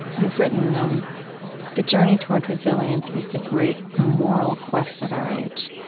you've written um the journey toward resilience is the great moral quest of our age.